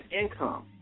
income